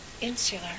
insular